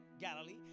Galilee